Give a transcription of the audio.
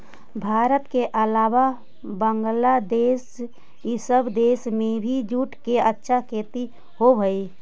भारत के अलावा बंग्लादेश इ सब देश में भी जूट के अच्छा खेती होवऽ हई